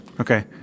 Okay